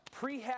prehab